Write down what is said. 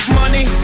money